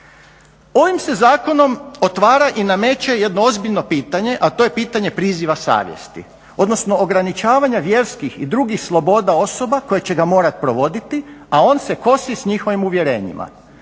Ovim se zakonom otvara i nameće jedno ozbiljno pitanje, a to je pitanje priziva savjesti, odnosno ograničavanja vjerskih i drugih sloboda osoba koje će ga morati provoditi a on se kosi s njihovim uvjerenjima.